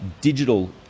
digital